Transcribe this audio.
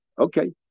Okay